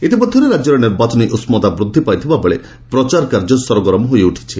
ଇତିମଧ୍ୟରେ ରାଜ୍ୟରେ ନିର୍ବାଚନୀ ଉଷ୍କତା ବୃଦ୍ଧି ପାଇଥିବା ବେଳେ ପ୍ରଚାର କାର୍ଯ୍ୟ ସରଗରମ ହୋଇ ଉଠିଛି